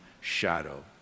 shadow